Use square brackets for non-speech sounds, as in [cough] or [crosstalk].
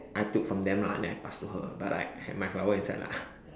I took from them lah then I pass to her but like have my flower inside lah [laughs]